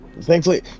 Thankfully